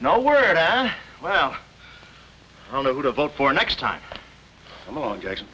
no word and well i don't know who to vote for next time i'm on jacks